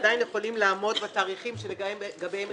עדין יכולים לעמוד בתאריכים שלגביהם